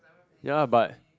ya but